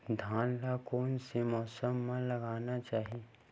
धान ल कोन से मौसम म लगाना चहिए?